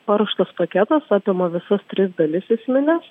paruoštas paketas apima visus tris dalis esmines